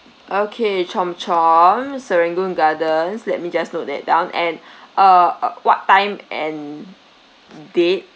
okay chomp chomp serangoon gardens let me just note that down and uh uh what time and date